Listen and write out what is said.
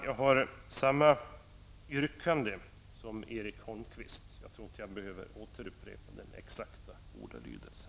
Jag har samma yrkande som Erik Holmkvist, och jag tror inte att jag behöver upprepa den exakta ordalydelsen.